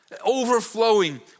overflowing